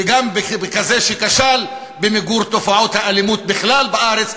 וגם כזה שכשל במיגור תופעות האלימות בכלל בארץ,